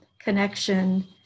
connection